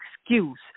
excuse